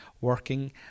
working